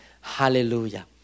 Hallelujah